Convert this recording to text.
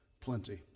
plenty